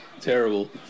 Terrible